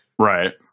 Right